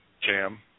jam